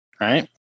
right